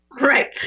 right